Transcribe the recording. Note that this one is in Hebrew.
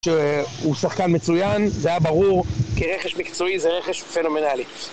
הוא שחקן מצוין, זה היה ברור כרכש מקצועי זה רכש פנומנלי